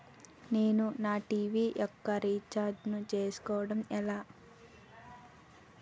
నేను నా టీ.వీ యెక్క రీఛార్జ్ ను చేసుకోవడం ఎలా?